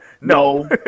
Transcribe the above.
No